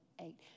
eight